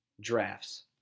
drafts